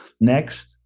Next